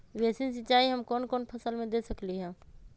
Basin सिंचाई हम कौन कौन फसल में दे सकली हां?